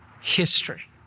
history